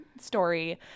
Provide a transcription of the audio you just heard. story